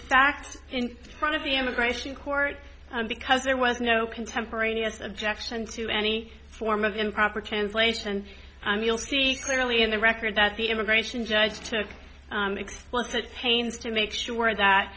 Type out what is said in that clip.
fact in front of the immigration court because there was no contemporaneous objection to any form of improper translation we'll see clearly in the record that the immigration judge took explicit pains to make sure that